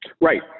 right